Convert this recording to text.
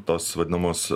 tos vadinamos